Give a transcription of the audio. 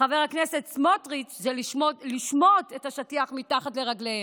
חבר הכנסת סמוטריץ' זה לשמוט את השטיח מתחת לרגליהם.